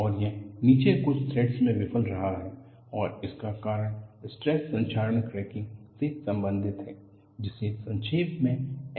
और यह नीचे कुछ थ्रेड्स में विफल रहा है और इसका कारण स्ट्रेस संक्षारण क्रैकिंग से संबंधित है जिसे संक्षेप में SCC कहते हैं